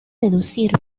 deducir